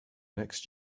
next